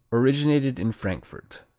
originated in frankfurt.